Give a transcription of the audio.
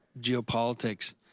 geopolitics